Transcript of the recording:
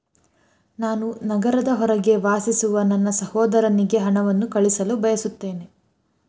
ನಾನು ನಗರದ ಹೊರಗೆ ವಾಸಿಸುವ ನನ್ನ ಸಹೋದರನಿಗೆ ಹಣವನ್ನು ಕಳುಹಿಸಲು ಬಯಸುತ್ತೇನೆ